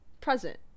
Present